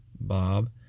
Bob